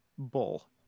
bull